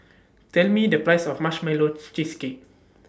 Tell Me The Price of Marshmallow Cheesecake